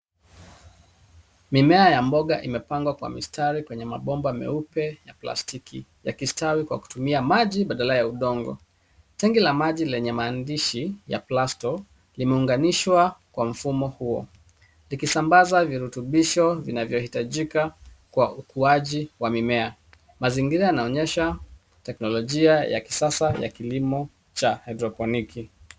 Mimea ya mboga imepangwa kwa mistari kwenye mabomba meupe ya plastiki yakistawi kwa kutumia maji badala ya udongo. Tangi la maji lenye maandishi ya plasto limeunganishwa kwa mfumo huo likisambaza virutubisho vinavyo hitajika kwa ukuaji wa mimea mazingira yanaonyesha teknolojia ya kisasa ya kilimo cha hydropinic .